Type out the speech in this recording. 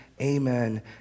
amen